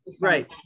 right